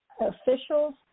officials